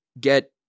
get